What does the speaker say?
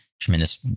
tremendous